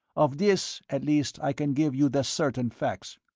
of this, at least, i can give you the certain facts.